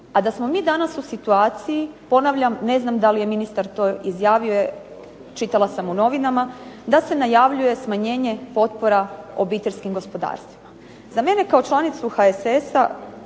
a da smo mi danas u situaciji, ponavljam ne znam je li to ministar izjavio, čitala sam to u novinama, da se najavljuje smanjenje potpora obiteljskim gospodarstvima. Za mene kao članicu HSS-a